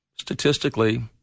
Statistically